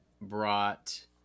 brought